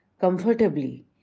comfortably